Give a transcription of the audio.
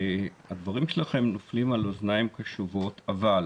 הדברים שלכם נופלים על אוזניים קשובות, אבל